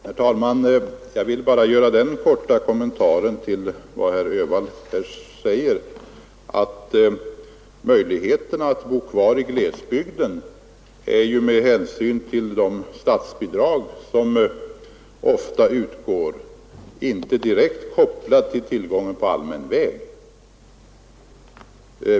Herr talman! Jag vill bara göra den korta kommentaren till vad herr Öhvall sade att möjligheterna att bo kvar i glesbygden med hänsyn till de statsbidrag som ofta utgår inte är direkt kopplade till tillgången på allmän väg.